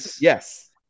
Yes